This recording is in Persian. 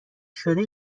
شده